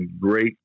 great